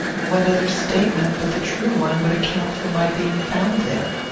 what other statement but the true one would account for my being found there?